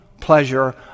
pleasure